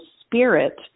spirit